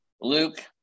Luke